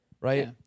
right